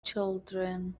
children